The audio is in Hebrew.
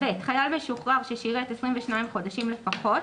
"(ב) חייל משוחרר ששירת 22 חודשי שירות לפחות,